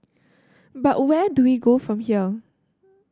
but where do we go from here